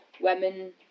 women